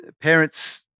parents